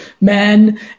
men